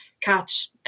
catch